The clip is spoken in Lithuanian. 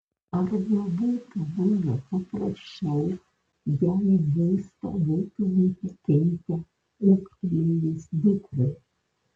ar nebūtų buvę paprasčiau jei būstą būtumėte keitę ūgtelėjus dukrai